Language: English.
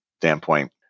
standpoint